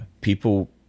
people